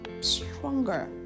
stronger